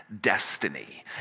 destiny